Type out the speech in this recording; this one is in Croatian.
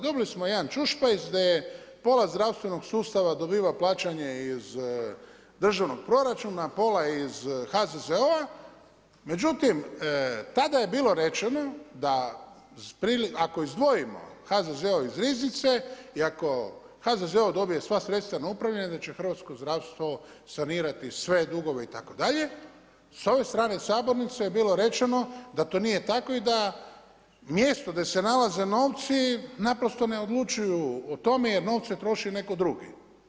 Dobili smo jedan ćušpajz da pola zdravstvenog sustava dobija plaćanje iz državnog proračuna, a pola iz HZZO-a, međutim tada je bilo rečeno da ako izdvojimo HZZO iz riznice i ako HDZZ dobije sva sredstva na upravljanje da će hrvatsko zdravstvo sanirati sve dugove itd. sa ove strane sabornice je bilo rečeno da to nije tako i da mjesto gdje se nalaze novci naprosto ne odlučuju o tome jer novce troši netko drugi.